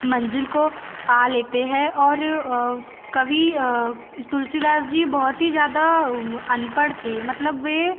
मंज़िल को पा लेते हैं और कवि तुलसीदास जी बहुत ही ज़्यादा अनपढ़ थे मतलब वह